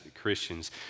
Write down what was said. Christians